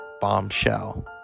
bombshell